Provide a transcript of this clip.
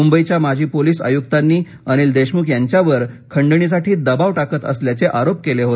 मुंबईच्या माजी पोलीस आयुक्तांनी अनिल देशमुख यांच्यावर खंडणीसाठी दबाव टाकत असल्याचे आरोप केले आहेत